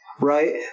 right